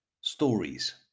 Stories